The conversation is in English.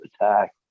attack